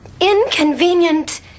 Inconvenient